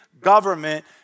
government